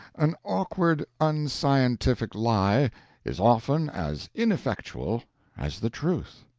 an awkward, unscientific lie is often as ineffectual as the truth.